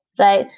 right?